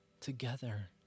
together